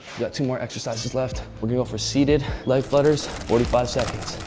got two more exercises left. we're gonna go for seated leg flutters. forty five seconds,